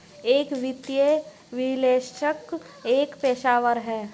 एक वित्तीय विश्लेषक एक पेशेवर है